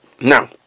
now